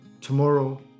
tomorrow